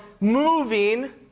moving